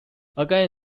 again